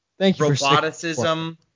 roboticism